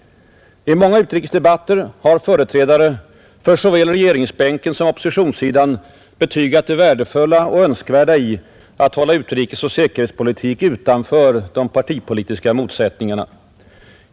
I många utrikespolitiska debatter har företrädare för såväl regeringsbänken som oppositionssidan betygat det värdefulla och önskvärda i att hålla utrikesoch säkerhetspolitiken utanför de partipolitiska motsättningarna.